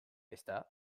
ezta